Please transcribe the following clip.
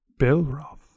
Belroth